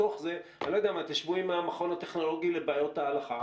בתוך זה תשבו עם המכון הטכנולוגי לבעיות ההלכה